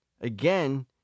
Again